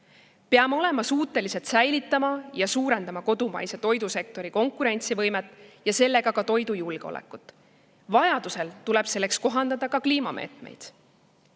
Peame olema suutelised säilitama ja suurendama kodumaise toidusektori konkurentsivõimet ja sellega ka toidujulgeolekut. Vajaduse korral tuleb selleks kohandada ka kliimameetmeid.